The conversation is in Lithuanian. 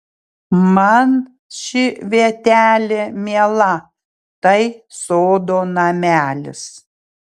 man ši vietelė miela tai sodo namelis